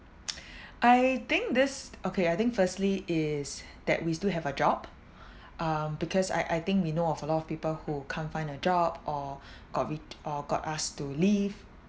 I think this okay I think firstly is that we still have a job um because I I think we know of a lot of people who can't find a job or got ret~ or got asked to leave